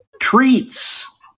treats